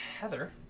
Heather